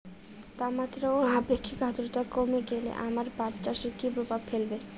তাপমাত্রা ও আপেক্ষিক আদ্রর্তা কমে গেলে আমার পাট চাষে কী প্রভাব ফেলবে?